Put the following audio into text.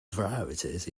varieties